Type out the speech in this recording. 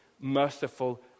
merciful